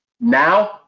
Now